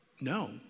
No